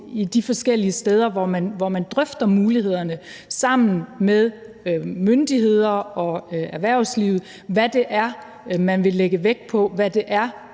på de forskellige steder, hvor man drøfter mulighederne sammen med myndigheder og erhvervslivet, eller hvad behovet er.